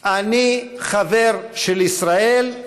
אני חבר של ישראל,